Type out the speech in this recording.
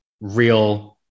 real